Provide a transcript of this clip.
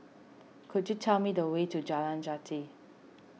could you tell me the way to Jalan Jati